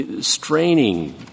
straining